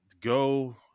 go